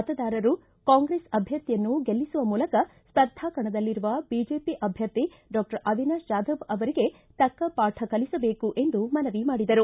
ಮತದಾರರು ಕಾಂಗ್ರೆಸ್ ಅಭ್ದರ್ಥಿಯನ್ನು ಗೆಲ್ಲಿಸುವ ಮೂಲಕ ಸ್ಪರ್ಧಾ ಕಣದಲ್ಲಿರುವ ಬಿಜೆಪಿ ಅಭ್ದರ್ಥಿ ಡಾಕ್ಷರ್ ಅವಿನಾಶ ಜಾಧವ್ ಅವರಿಗೆ ತಕ್ಷಪಾಠ ಕಲಿಸಬೇಕು ಎಂದು ಮನವಿ ಮಾಡಿದರು